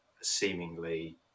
seemingly